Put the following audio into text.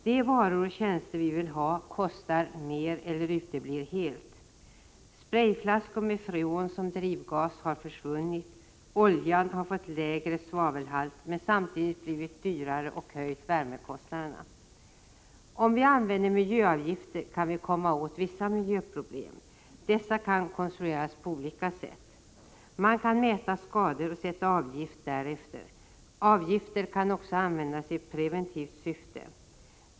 De varor och tjänster vi vill ha kostar mer eller uteblir helt. Sprayflaskor med freon som drivgas har försvunnit. Oljan har fått lägre svavelhalt men samtidigt blivit dyrare och höjt värmekostnaderna. Om vi använder miljöavgifter kan vi komma åt vissa miljöproblem. Dessa avgifter kan konstrueras på olika sätt. Man kan mäta skador och sätta avgift därefter. Avgifter kan också användas i preventivt syfte.